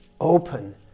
open